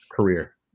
Career